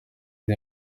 iri